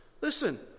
listen